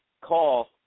Call